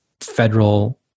federal